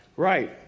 Right